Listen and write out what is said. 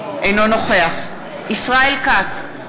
אינו נוכח ישראל כץ,